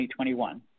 2021